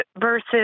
versus